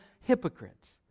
hypocrites